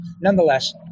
Nonetheless